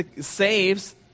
saves